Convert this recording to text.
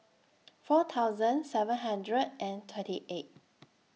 four thousand seven hundred and thirty eight